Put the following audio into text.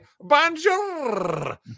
Bonjour